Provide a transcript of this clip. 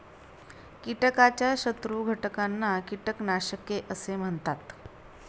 कीटकाच्या शत्रू घटकांना कीटकनाशके असे म्हणतात